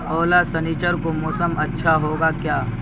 اولا سنیچر کو موسم اچھا ہوگا کیا